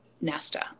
nesta